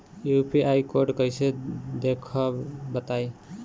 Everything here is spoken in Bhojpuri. यू.पी.आई कोड कैसे देखब बताई?